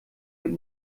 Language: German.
wird